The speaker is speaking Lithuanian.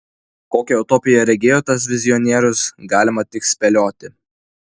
kokią utopiją regėjo tas vizionierius galima tik spėlioti